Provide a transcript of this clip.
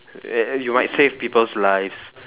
and and you might save people's life